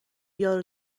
یارو